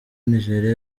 nigeria